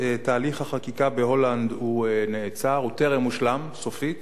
תהליך החקיקה בהולנד נעצר, הוא טרם הושלם סופית.